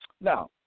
Now